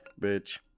bitch